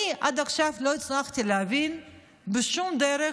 אני עד עכשיו לא הצלחתי להבין בשום דרך